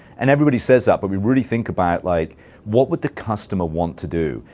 and everybody says that, but we really think about like what would the customer want to do,